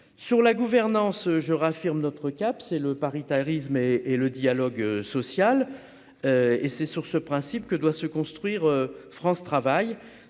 sur la gouvernance je réaffirme notre cap, c'est le paritarisme et et le dialogue social et c'est sur ce principe que doit se construire France travaille